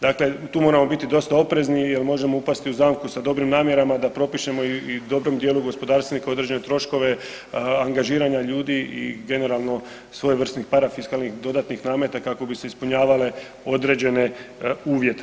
Dakle, tu moramo biti dosta oprezni jer možemo upasti u zamku sa dobrim namjerama da propišemo i dobrom djelu gospodarstvenika određene troškove, angažiranje ljudi i generalno, svojevrsni parafiskalnih dodatnih nameta kako bi se ispunjavale određene uvjete.